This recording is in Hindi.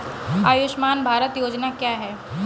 आयुष्मान भारत योजना क्या है?